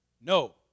No